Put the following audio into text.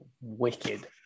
wicked